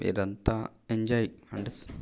వీరంతా ఎంజాయ్ అంటే